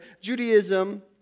Judaism